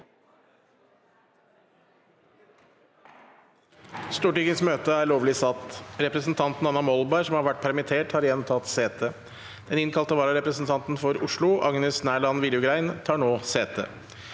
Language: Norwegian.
Presidenten Representanten Anna Mol- berg, som har vært permittert, har igjen tatt sete. Den innkalte vararepresentanten for Oslo, Agnes Nærland Viljugrein, tar nå sete.